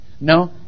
No